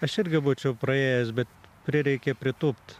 aš irgi būčiau praėjęs bet prireikė pritūpt